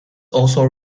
also